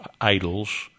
idols